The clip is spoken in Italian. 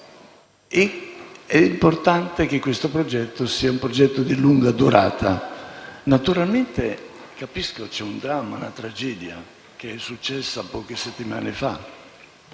È importante che questo progetto sia di lunga durata. Naturalmente capisco: c'è un dramma, una tragedia accaduta poche settimane fa.